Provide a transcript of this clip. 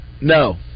No